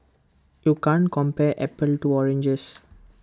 you can't compare apples to oranges